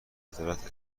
عدالت